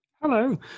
hello